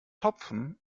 topfen